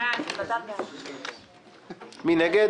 מי נגד?